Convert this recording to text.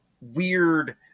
weird